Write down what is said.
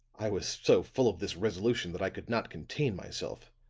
i was so full of this resolution that i could not contain myself